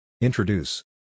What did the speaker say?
Introduce